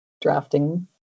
drafting